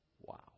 Wow